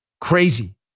crazy